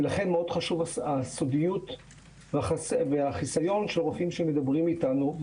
לכן חשובה מאוד הסודיות והחיסיון של רופאים שמדברים איתנו.